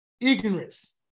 ignorance